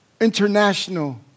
International